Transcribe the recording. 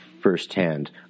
first-hand